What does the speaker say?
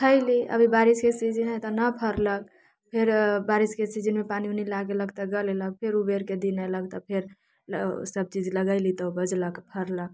खयली अभी बारिशके सीजन हय तऽ नहि फड़लक फेर बारिशके सीजनमे पानि उनी लागलक तऽ गललक फेर उबेरके दिन अयलक भेलक तऽ फेर सब चीज लगयली तऽ उपजलक फड़लक